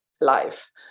life